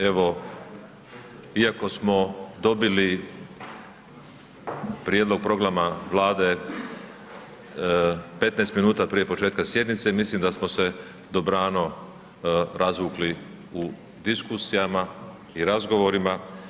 Evo, iako smo dobili prijedlog programa Vlade 15 minuta prije početka sjednice, mislim da smo se dobrano razvukli u diskusijama i razgovorima.